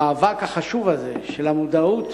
למאבק החשוב הזה על מודעות